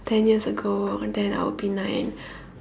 ten years ago then I will be nine